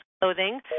clothing